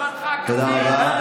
תודה רבה.